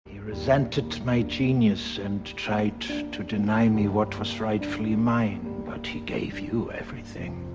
he resented my genius and tried to deny me what was rightfully mine but he gave you everything